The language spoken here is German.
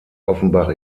offenbach